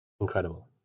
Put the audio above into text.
incredible